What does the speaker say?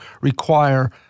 require